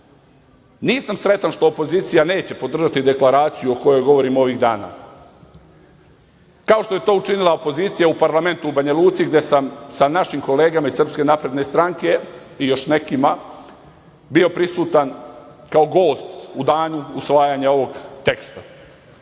nisam sretan što opozicija neće podržati deklaraciju o kojoj govorimo ovih dana, kao što je to učinila opozicija u parlamentu u Banja Luci, gde sam sa našim kolegama iz SNS-a i još nekima bio prisutan kao gost u danu usvajanja ovog teksta.